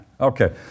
Okay